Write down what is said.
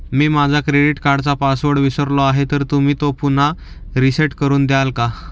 मी माझा क्रेडिट कार्डचा पासवर्ड विसरलो आहे तर तुम्ही तो पुन्हा रीसेट करून द्याल का?